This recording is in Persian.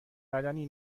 بدنی